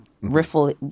riffle